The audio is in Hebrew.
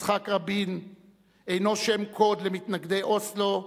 יצחק רבין אינו שם קוד למתנגדי אוסלו,